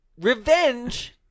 Revenge